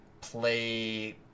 play